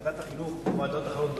ועדת החינוך, כמו ועדות אחרות בכנסת,